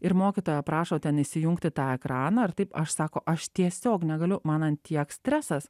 ir mokytoja prašo ten įsijungti tą ekraną ar taip aš sako aš tiesiog negaliu man ant tiek stresas